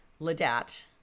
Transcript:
Ladat